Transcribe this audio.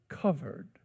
covered